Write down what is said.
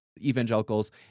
evangelicals